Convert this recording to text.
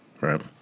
Right